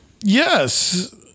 yes